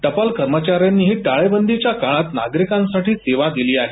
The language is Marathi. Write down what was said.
टपाल कर्मचाऱ्यांनीही टाळेबंदीच्या काळात नागरिकांसाठी सेवा दिली आहे